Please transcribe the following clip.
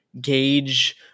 gauge